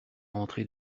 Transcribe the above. rentrer